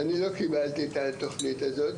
אני לא קיבלתי את התוכנית הזאת